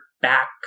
back